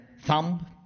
thumb